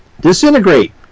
disintegrate